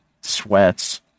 sweats